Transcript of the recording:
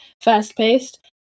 fast-paced